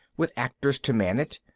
with actors to man it.